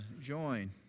join